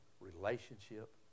relationship